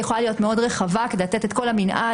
היא יכולה להיות מאוד רחבה כדי לתת את כל המנעד,